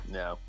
no